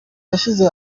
yashyize